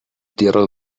tierras